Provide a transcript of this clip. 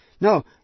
No